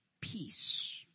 peace